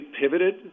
pivoted